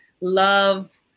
love